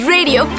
Radio